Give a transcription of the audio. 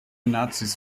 nazis